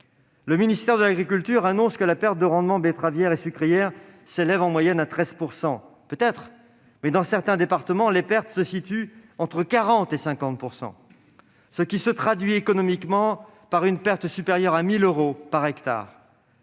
Le ministère de l'agriculture annonce que la perte de rendement s'élève en moyenne à 13 %. Dans certains départements, les pertes se situent entre 40 % et 50 %, ce qui se traduit économiquement par une perte supérieure à 1 000 euros par hectare.